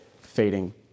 fading